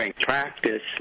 practice